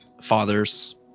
father's